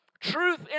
truth